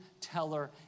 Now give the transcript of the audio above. teller